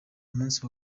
munsi